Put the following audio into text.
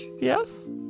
Yes